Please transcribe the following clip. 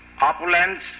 opulence